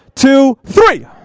two, three.